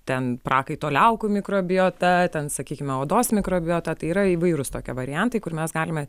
ten prakaito liaukų mikrobiota ten sakykime odos mikrobiota tai yra įvairūs tokie variantai kur mes galime